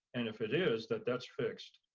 and if it is, that that's fixed.